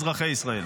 אזרחי ישראל.